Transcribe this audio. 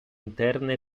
interne